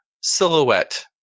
silhouette